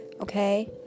okay